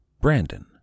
Brandon